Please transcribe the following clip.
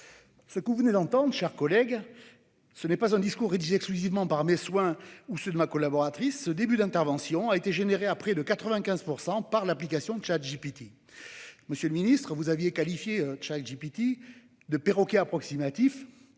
Ce que vous venez d'entendre, mes chers collègues, ce n'est pas un discours rédigé exclusivement par mes soins ou par ceux de ma collaboratrice. Ce début d'intervention a été généré à près de 95 % par l'application ChatGPT. Monsieur le ministre, vous avez qualifié ChatGPT de « perroquet approximatif